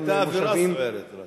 היתה אווירה סוערת.